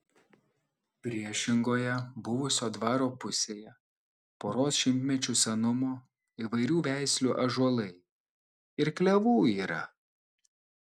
priešingoje buvusio dvaro pusėje poros šimtmečių senumo įvairių veislių ąžuolai ir klevų yra